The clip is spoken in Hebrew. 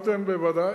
אמרתי להם: בוודאי.